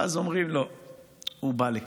הוא בא לכאן,